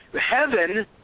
heaven